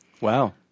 Wow